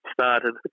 started